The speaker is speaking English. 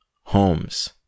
homes